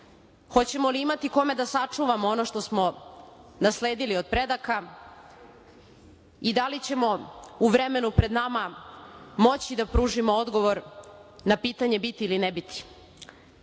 Hoćemo li imati kome da sačuvamo ono što smo nasledili od predaka i da li ćemo u vremenu pred nama moći da pružimo odgovor na pitanje – biti ili ne